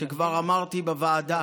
שכבר אמרתי בוועדה.